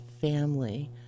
family